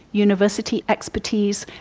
university expertise,